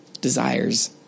desires